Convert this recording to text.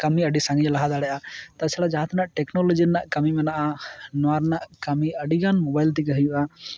ᱠᱟᱹᱢᱤ ᱟᱹᱰᱤ ᱥᱟᱺᱜᱤᱧᱮ ᱞᱟᱦᱟ ᱫᱟᱲᱮᱭᱟᱜᱼᱟ ᱛᱟᱪᱷᱟᱲᱟ ᱡᱟᱦᱟᱸ ᱛᱤᱱᱟᱹᱜ ᱴᱮᱠᱱᱳᱞᱳᱡᱤ ᱨᱮᱱᱟᱜ ᱠᱟᱹᱢᱤ ᱢᱮᱱᱟᱜᱼᱟ ᱱᱚᱣᱟ ᱨᱮᱱᱟᱜ ᱠᱟᱹᱢᱤ ᱟᱹᱰᱤᱜᱟᱱ ᱢᱚᱵᱟᱭᱤᱞ ᱛᱮᱜᱮ ᱦᱩᱭᱩᱜᱼᱟ